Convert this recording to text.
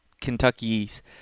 Kentucky's